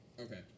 Okay